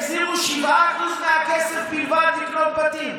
החזירו 7% בלבד מהכסף לקנות בתים.